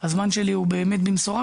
הזמן שלי הוא באמת במשורה,